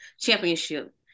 championship